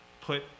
put